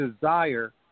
desire